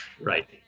Right